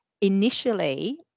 initially